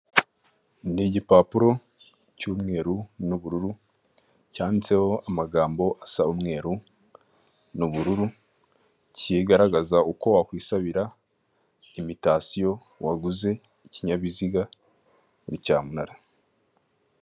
Ni igipapuro cy'umweru n'ubururu cyanditseho amagambo asa umweru n'ubururu kigaragaza uko wakwisabira imitatisiyo waguze ikinyabiziga muri cyamunara.